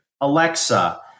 Alexa